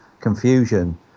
confusion